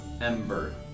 Ember